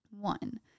One